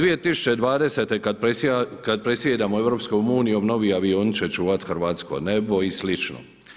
2020. kada predsjedamo 2020. novi avioni će čuvati hrvatsko nebo i slično.